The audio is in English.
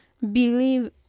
believe